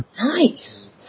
Nice